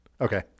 Okay